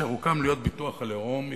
אשר הוקם להיות ביטוח הלאום,